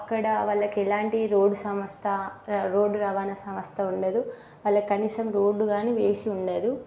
అక్కడ వాళ్ళకి ఎలాంటి రోడ్ సంస్థ అక్కడ రోడ్ రవాణా సంస్థ ఉండదు వాళ్ళకి కనీసం రోడ్డు కానీ వేసి ఉండదు